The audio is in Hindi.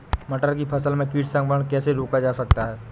मटर की फसल में कीट संक्रमण कैसे रोका जा सकता है?